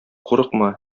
курыкма